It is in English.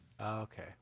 okay